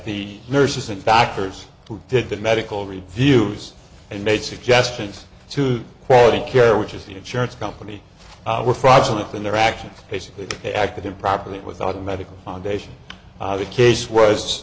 the nurses and doctors who did the medical review is and made suggestions to quality care which is the insurance company were fraudulent in their actions basically they acted improperly without medical foundation the case was